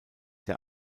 der